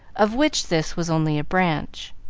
of which this was only a branch.